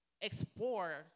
explore